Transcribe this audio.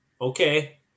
okay